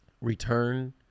return